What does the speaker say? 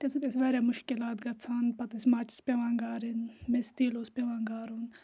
تمہِ سۭتۍ أسۍ وارِیاہ مُشکِلات گَژھان پَتہ أسۍ ماچِس پیٚوان گارٕنۍ میٚژِ تیٖل اوس پیٚوان گارُن